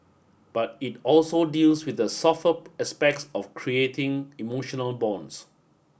but it also deals with the softer aspects of creating emotional bonds